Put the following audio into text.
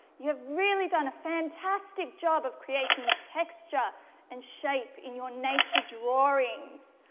you've really done a fantastic job of creating texture and shape in your nature drawings.